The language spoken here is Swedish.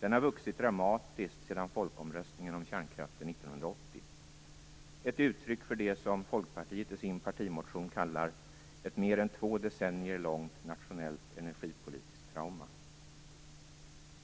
har vuxit dramatiskt sedan folkomröstningen om kärnkraften 1980. Det är ett uttryck för det som Folkpartiet i sin partimotion kallar "ett mer än två decennier långt nationellt energipolitiskt trauma".